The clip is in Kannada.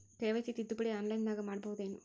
ಕೆ.ವೈ.ಸಿ ತಿದ್ದುಪಡಿ ಆನ್ಲೈನದಾಗ್ ಮಾಡ್ಬಹುದೇನು?